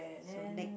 so next